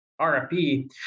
RFP